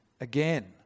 again